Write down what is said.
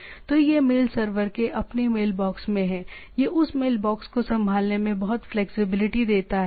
तो यह mail server के अपने मेलबॉक्स में है यह उस मेलबॉक्स को संभालने में बहुत फ्लैक्सिबिलिटी देता है